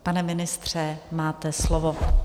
Pane ministře, máte slovo.